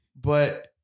But-